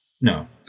No